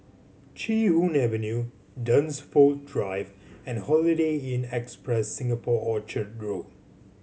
Chee Hoon Avenue Dunsfold Drive and Holiday Inn Express Singapore Orchard Road